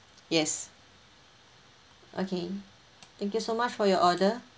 yes okay thank you so much for your order